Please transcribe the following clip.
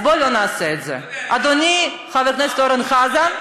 אז בוא לא נעשה את זה, אדוני חבר הכנסת אורן חזן,